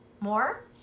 more